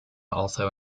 also